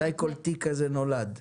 מתי כל תיק כזה נולד?